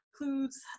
includes